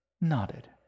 nodded